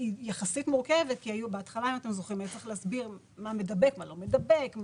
יחסית מורכבת כי בהתחלה היה צריך להסביר מה מדבק ומה לא מדבק,